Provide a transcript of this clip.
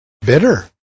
bitter